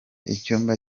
icyumba